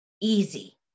easy